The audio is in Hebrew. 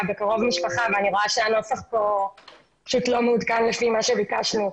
בקרוב משפחה ואני רואה שהנוסח פה פשוט לא מעודכן לפי מה שביקשנו.